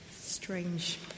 strange